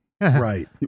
right